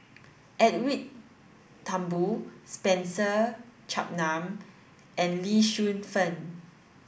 Edwin Thumboo Spencer Chapman and Lee Shu Fen